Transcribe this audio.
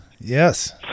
Yes